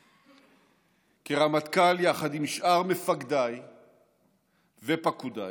כרמטכ"ל, יחד עם שאר מפקדיי ופקודיי,